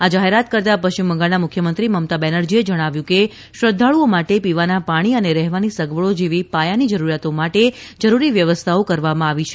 આ જાહેરાત કરતાં પશ્ચિમ બંગાળના મુખ્યમંત્રી મમતા બેનરજીએ જણાવ્યું ફતું કે શ્રદ્વાળુઓ માટે પીવાના પાણી અને રહેવાની સગવડો જેવી પાયાની જરૂરિયાતો માટે જરૂરી વ્યવસ્થાઓ કરવામાં આવી છે